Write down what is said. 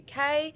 UK